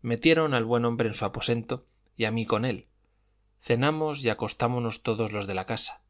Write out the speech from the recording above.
metieron al buen hombre en su aposento y a mí con él cenamos y acostámonos todos los de la casa